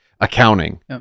accounting